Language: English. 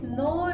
no